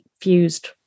fused